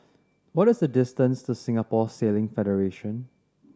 what is the distance to Singapore Sailing Federation